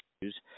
issues